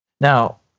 Now